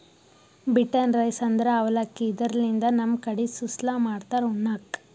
beaten rice ಅಂದ್ರ ಅವಲಕ್ಕಿ, ಇದರ್ಲಿನ್ದ್ ನಮ್ ಕಡಿ ಸುಸ್ಲಾ ಮಾಡ್ತಾರ್ ಉಣ್ಣಕ್ಕ್